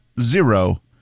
Zero